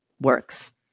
works